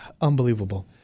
Unbelievable